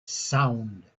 sound